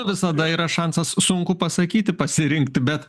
visada yra šansas sunku pasakyti pasirinkti bet